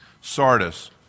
Sardis